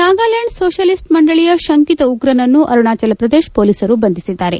Nagaland socialist ಮಂಡಳಿಯ ಶಂಕಿತ ಉಗ್ರನನ್ನು ಅರುಣಾಚಲ ಪ್ರದೇಶ ಪೊಲೀಸರು ಬಂಧಿಸಿದ್ದಾರೆ